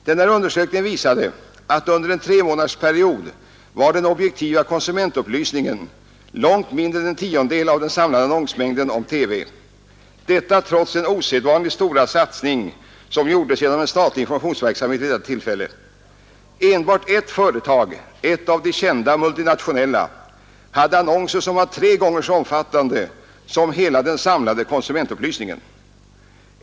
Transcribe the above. Denna undersökning visade att under en tremåna dersperiod var den objektiva konsumentupplysningen långt mindre än en tiondel av den samlade annonsmängden om TV =— detta trots den osedvanligt stora satsning som gjordes genom en statlig informationsverksamhet vid detta tillfälle. Enbart ett företag — ett av de kända multinationella — hade annonser som var tre gånger så omfattande som hela den samlade statliga konsumentupplysningen.